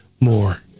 more